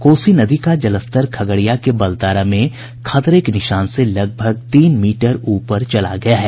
कोसी नदी का जलस्तर खगड़िया के बलतारा में खतरे के निशान से लगभग तीन मीटर ऊपर चला गया है